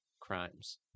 crimes